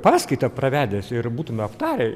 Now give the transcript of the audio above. paskaitą pravedęs ir būtume aptarę